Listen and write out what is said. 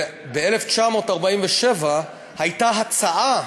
ב-1947 הייתה הצעה,